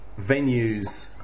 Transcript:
venues